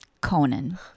Conan